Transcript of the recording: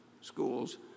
schools